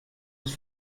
les